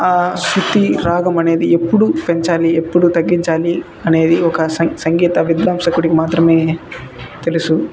స్తుతి రాగము అనేది ఎప్పుడు పెంచాలి ఎప్పుడు తగ్గించాలి అనేది ఒక సం సంగీత విధ్వంసకుడికి మాత్రమే తెలుసు